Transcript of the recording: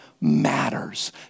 matters